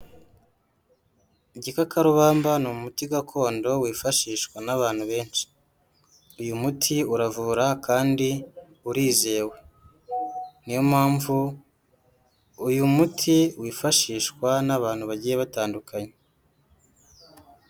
Igikakarubamba ni umuti gakondo wifashishwa n'abantu benshi. Uyu muti uravura kandi urizewe. Niyo mpamvu uyu muti wifashishwa n'abantu bagiye batandukanye.